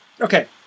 okay